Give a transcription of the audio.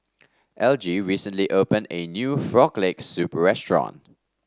Elgie recently opened a new Frog Leg Soup restaurant